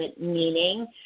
meaning